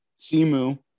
simu